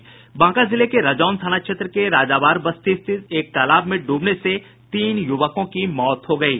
बांका जिले के रजौन थाना क्षेत्र के राजावर बस्ती स्थित एक तालाब में डूबने से तीन युवकों की मौत हो गयी